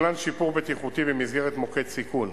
מתוכנן שיפור בטיחותי במסגרת מוקד סיכון,